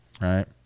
right